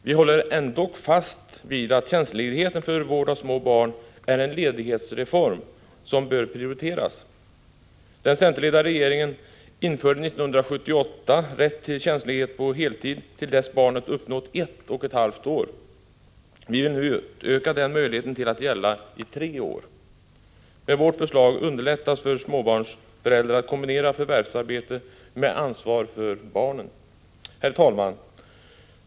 Vi håller ändock fast vid att den ledighetsreform som avser tjänstledighet för vård av små barn bör prioriteras. Den centerledda regeringen införde 1978 rätt till tjänstledighet på heltid till dess barnet uppnått ett och ett halvt år. Vi vill nu utöka den möjligheten till att gälla i tre år. Med vårt förslag underlättas för småbarnsföräldrar att kombinera förvärvsarbete med ansvar för barnen. Herr talman!